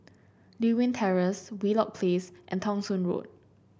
Lewin Terrace Wheelock Place and Thong Soon Road